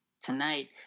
tonight